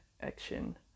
action